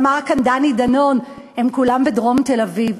אמר כאן דני דנון: הם כולם בדרום תל-אביב.